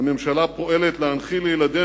הממשלה פועלת להנחיל לילדינו